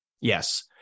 yes